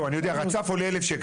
לא, אני יודע, רצף עולה 1000 שקלים.